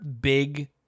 big